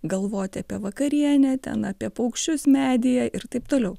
galvoti apie vakarienę ten apie paukščius medyje ir taip toliau